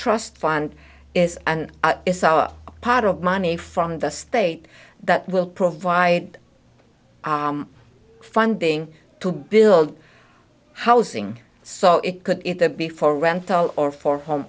trust fund is and is our pot of money from the state that will provide funding to build housing so it could be for rental or for home